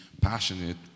passionate